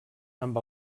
amb